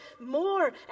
more